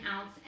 ounce